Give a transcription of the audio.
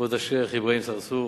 כבוד השיח' אברהים צרצור,